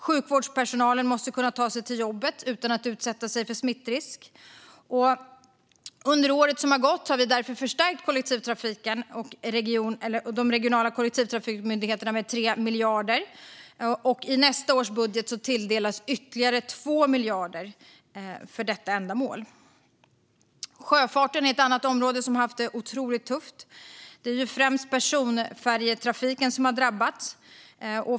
Sjukvårdspersonalen måste kunna ta sig till jobbet utan att utsätta sig för smittrisk. Under det år som har gått har vi därför förstärkt kollektivtrafiken och de regionala kollektivtrafikmyndigheterna med 3 miljarder. I nästa års budget tilldelas ytterligare 2 miljarder för detta ändamål. Sjöfarten är ett annat område som har haft det otroligt tufft. Det är främst personfärjetrafiken som har drabbats.